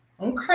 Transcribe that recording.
okay